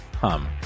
hum